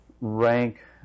rank